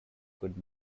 good